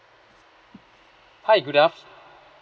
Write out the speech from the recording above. hi good af~